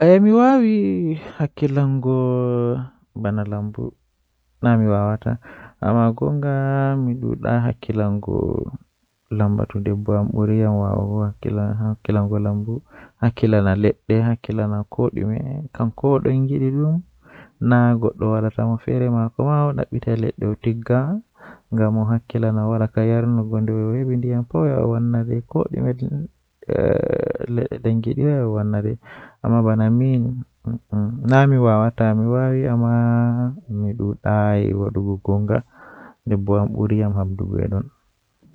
Eh wawan dasa hundeeji woodaaka haa rayuwa himbe ngam kala ko a andi haa duniyaaru fuu dum don mari laabiji maajum boddum nden don mari laabiiji woodaaka toh bannin do manma don mari boddum don mari woodaaka.